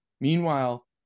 Meanwhile